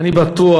אני בטוח